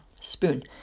Spoon